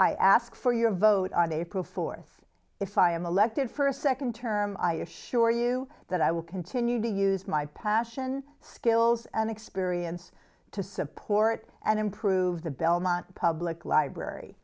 i ask for your vote are they proof forth if i am elected for a second term i assure you that i will continue to use my passion skills and experience to support and improve the belmont public library